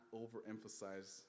overemphasize